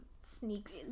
sneaks